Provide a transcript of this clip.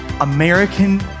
American